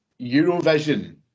Eurovision